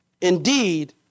indeed